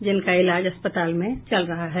जिनका इलाज अस्पताल में चल रहा है